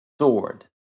Sword